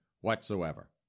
whatsoever